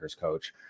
coach